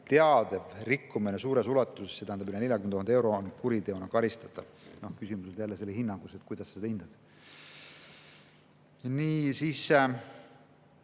teadev rikkumine suures ulatuses, see tähendab üle 40 000 euro, on kuriteona karistatav. Küsimus on jälle hinnangus, et kuidas sa seda hindad. Viies